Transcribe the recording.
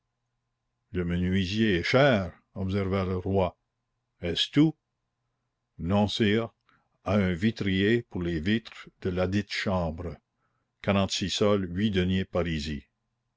le menuisier est cher observa le roi est-ce tout non sire à un vitrier pour les vitres de ladite chambre quarante-six sols huit deniers parisis